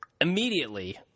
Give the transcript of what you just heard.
immediately